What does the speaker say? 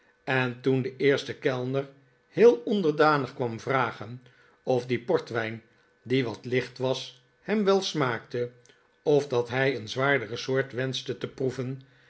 en toen de eerste kellner heel onderdanig kwam vragen of die portwijn die wat ticht was hem wel smaakte of dat hij een zwaardere soort wenschte te proeven